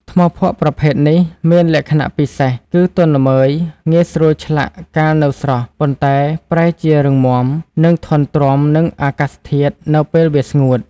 ថ្មភក់ប្រភេទនេះមានលក្ខណៈពិសេសគឺ ទន់ល្មើយងាយស្រួលឆ្លាក់កាលនៅស្រស់ ប៉ុន្តែប្រែជារឹងមាំ និងធន់ទ្រាំនឹងអាកាសធាតុនៅពេលវាស្ងួត។